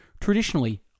Traditionally